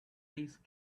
these